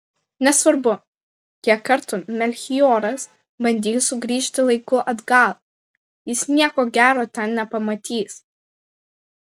nesvarbu kiek kartų melchioras bandys sugrįžti laiku atgal jis nieko gero ten nepamatys